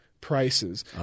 prices